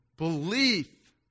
belief